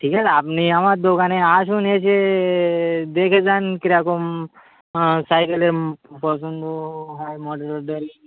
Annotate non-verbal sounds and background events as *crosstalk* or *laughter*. ঠিক আছে আপনি আমার দোকানে আসুন এসে দেখে যান কীরকম সাইকেলের পছন্দ হয় মডেল *unintelligible*